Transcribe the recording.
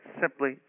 simply